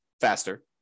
faster